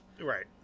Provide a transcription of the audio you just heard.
Right